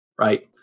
right